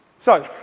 so,